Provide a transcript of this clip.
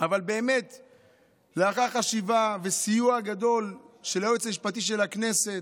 אבל לאחר חשיבה וסיוע גדול של הייעוץ המשפטי של הכנסת,